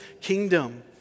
kingdom